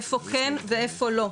איפה כן ואיפה לא,